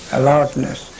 alertness